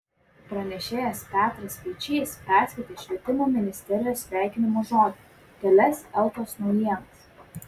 pranešėjas petras speičys perskaitė švietimo ministerijos sveikinimo žodį kelias eltos naujienas